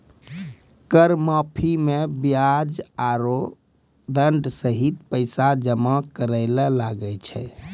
कर माफी मे बियाज आरो दंड सहित पैसा जमा करे ले लागै छै